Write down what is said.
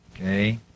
Okay